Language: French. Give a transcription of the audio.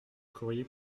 courrier